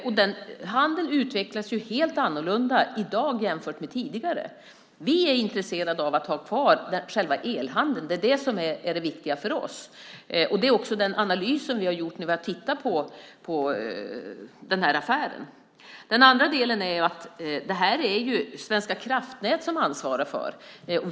Och den handeln utvecklas helt annorlunda i dag jämfört med tidigare. Vi är intresserade av att ha kvar själva elhandeln. Det är det som är det viktiga för oss. Det är också den analys som vi har gjort när vi har tittat på den här affären. Sedan är det Svenska kraftnät som ansvarar för det här.